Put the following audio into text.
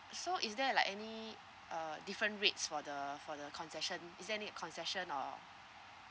so is there like any uh different rates for the for the concession is there any concession or